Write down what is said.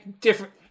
different